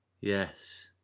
Yes